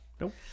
Nope